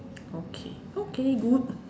okay okay good